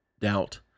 Doubt